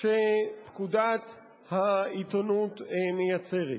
שפקודת העיתונות מייצרת.